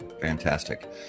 Fantastic